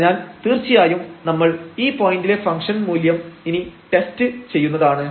അതിനാൽ തീർച്ചയായും നമ്മൾ ഈ പോയന്റിലെ ഫംഗ്ഷൻ മൂല്യം ഇനി ടെസ്റ്റ് ചെയ്യുന്നതാണ്